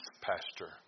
pastor